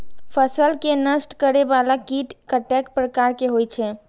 फसल के नष्ट करें वाला कीट कतेक प्रकार के होई छै?